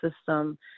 system